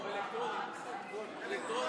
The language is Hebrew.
אלקטרונית.